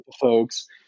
folks